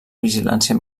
vigilància